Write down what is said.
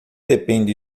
depende